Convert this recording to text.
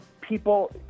people